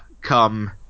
come